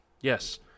Yes